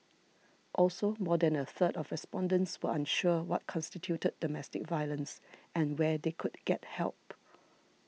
also more than a third of respondents were unsure what constituted domestic violence and where they could get help